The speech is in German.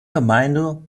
gemeinde